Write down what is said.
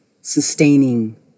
sustaining